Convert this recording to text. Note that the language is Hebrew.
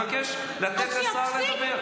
אבל אני מבקש לתת לשר לדבר.